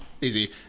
Easy